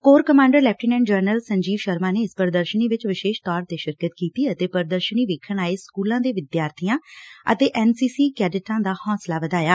core commander lieutenant general Sanjeev Sharma ਨੇ ਇਸ ਪ੍ਰਦਰਸ਼ਨੀ ਵਿਚ ਵਿਸ਼ੇਸ਼ ਤੌਰ ਤੇ ਸ਼ਿਰਕਤ ਕੀਤੀ ਅਤੇ ਪੁਦਰਸ਼ਨੀ ਵੇਖਣ ਆਏ ਸਕੁਲਾਂ ਦੇ ਵਿਦਿਆਰਬੀਆਂ ਅਤੇ ਐਨ ਸੀ ਸੀ ਦੇ ਕੈਡਿਟਾਂ ਦਾ ਹੌਸਲਾ ਵਧਾਇਆ